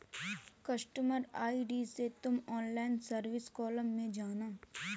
customer ID से तुम online service column में जाना